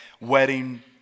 wedding